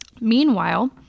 Meanwhile